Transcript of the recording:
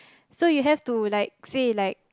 so you have to like say like